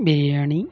biryani